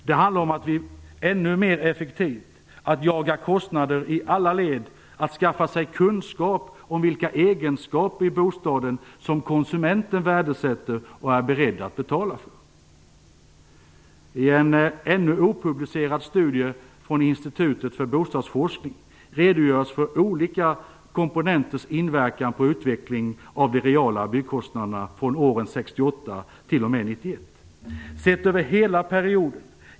Det handlar om att bli ännu mer effektiv, att jaga kostnader i alla led och att skaffa sig kunskap om vilka egenskaper i bostaden som konsumenten värdesätter och är beredd att betala för. I en ännu opublicerad studie från Institutet för bostadsforskning redogörs för olika komponenters inverkan på utvecklingen av de reala byggkostnaderna från 1968 t.o.m. 1991.